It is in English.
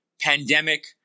Pandemic